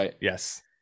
yes